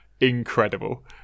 incredible